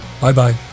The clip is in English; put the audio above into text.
Bye-bye